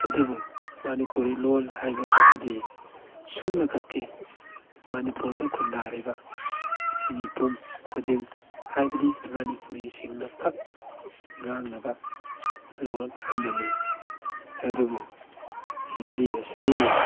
ꯑꯗꯨꯕꯨ ꯃꯅꯤꯄꯨꯔꯤ ꯂꯣꯜ ꯍꯥꯏꯕ ꯑꯁꯤꯗꯤ ꯁꯨꯝꯅꯈꯛꯀꯤ ꯃꯅꯤꯄꯨꯔꯗ ꯈꯨꯟꯗꯥꯔꯤꯕ ꯃꯤꯄꯨꯝ ꯈꯨꯗꯤꯡ ꯍꯥꯏꯕꯗꯤ ꯃꯅꯤꯄꯨꯔꯤꯁꯤꯡꯅ ꯈꯛ ꯉꯥꯡꯅꯕ ꯂꯣꯜ ꯑꯃꯅꯤ ꯑꯗꯨꯕꯨ ꯍꯤꯟꯗꯤ ꯑꯁꯤꯗꯤ